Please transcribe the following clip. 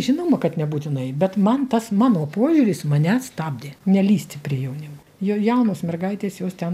žinoma kad nebūtinai bet man tas mano požiūris mane stabdė nelįsti prie jaunimo jo jaunos mergaitės jos ten